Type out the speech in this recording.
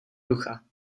ducha